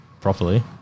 properly